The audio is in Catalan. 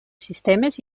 sistemes